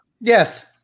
yes